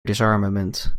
disarmament